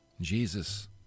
Jesus